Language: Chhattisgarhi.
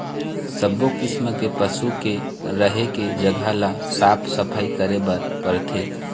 सब्बो किसम के पशु के रहें के जघा ल साफ सफई करे बर परथे